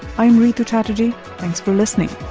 i'm rhitu chatterjee. thanks for listening